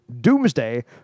Doomsday